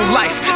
life